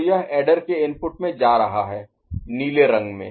तो यह ऐडर के इनपुट में जा रहा है नीले रंग में